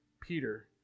Peter